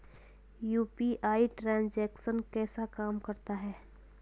UPI transaction कैसे काम करता है?